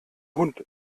hund